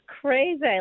crazy